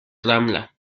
ramla